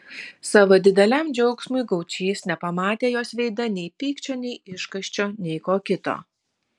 savo dideliam džiaugsmui gaučys nepamatė jos veide nei pykčio nei išgąsčio nei ko kito